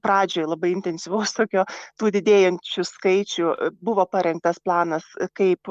pradžioj labai intensyvus tokio tų didėjančių skaičių buvo parengtas planas kaip